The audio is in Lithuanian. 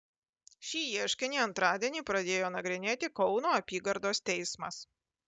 šį ieškinį antradienį pradėjo nagrinėti kauno apygardos teismas